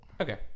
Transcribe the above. okay